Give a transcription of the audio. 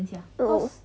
oh